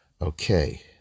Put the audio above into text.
Okay